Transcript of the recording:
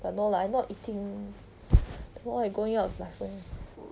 but no lah I'm not eating tomorrow I going out with my friends